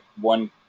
one